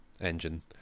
Engine